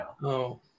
No